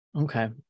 Okay